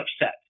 upset